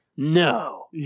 No